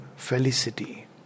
Felicity